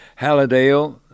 Hallidale